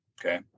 Okay